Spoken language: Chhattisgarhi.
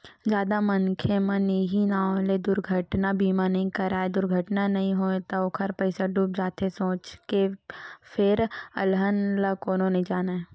जादा मनखे मन इहीं नांव ले दुरघटना बीमा नइ कराय दुरघटना नइ होय त ओखर पइसा डूब जाथे सोच के फेर अलहन ल कोनो नइ जानय